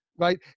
Right